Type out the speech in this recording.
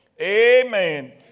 Amen